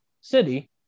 city